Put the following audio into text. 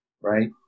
right